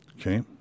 Okay